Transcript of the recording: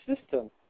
system